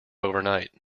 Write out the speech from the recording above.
overnight